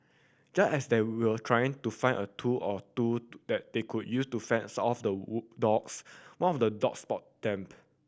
just as they will trying to find a tool or two that they could use to fend off the dogs one of the dogs spotted them